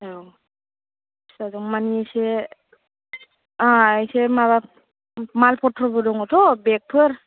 औ टारमाने एसे आंहा एसे माबा माल फथ्र'बो दङ थ' बेगफोर